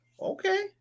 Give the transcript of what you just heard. Okay